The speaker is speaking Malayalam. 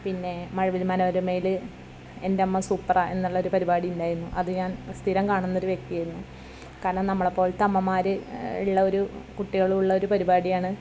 പിന്നെ മഴവിൽ മനോരമയിൽ എൻ്റെ അമ്മ സൂപ്പർ ആണ് എന്നുള്ളൊരു പരിപാടി ഉണ്ടായിരുന്നു അത് ഞാൻ സ്ഥിരം കാണുന്നൊരു വൃക്തി ആയിരുന്നു കാരണം നമ്മളെ പോലത്തെ അമ്മമാർ ഉള്ള ഒരു കുട്ടികളും ഉള്ള പരിപാടിയാണ്